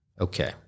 okay